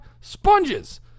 Sponges